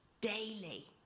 daily